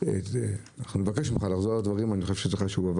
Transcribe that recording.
אני חושב שזה חשוב.